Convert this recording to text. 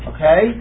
Okay